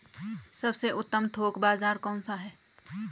सबसे उत्तम थोक बाज़ार कौन सा है?